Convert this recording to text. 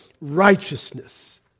righteousness